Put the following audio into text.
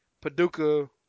Paducah